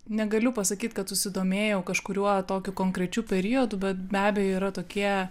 negaliu pasakyt kad susidomėjau kažkuriuo tokiu konkrečiu periodu bet be abejo yra tokie